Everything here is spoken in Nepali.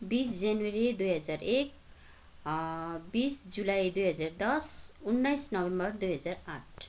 बिस जनवरी दुई हजार एक बिस जुलाई दुई हजार दस उन्नाइस नोभेम्बर दुई हजार आठ